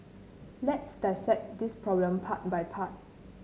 let's dissect this problem part by part